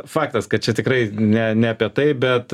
faktas kad čia tikrai ne ne apie tai bet